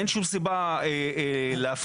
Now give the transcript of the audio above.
אין שום סיבה להפחית.